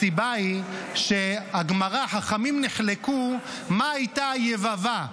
הסיבה היא שחכמים נחלקו: מה הייתה יבבה?